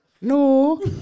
no